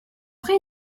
vrai